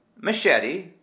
machete